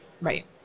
right